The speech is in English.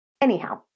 Anyhow